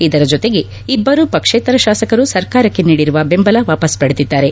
ಇದರ ಜೊತೆಗೆ ಇಬ್ಬರು ಪಕ್ಷೇತರ ಶಾಸಕರು ಸರ್ಕಾರಕ್ಷೆ ನೀಡಿರುವ ಬೆಂಬಲ ವಾಪಾಸ್ ಪಡೆದಿದ್ದಾರೆ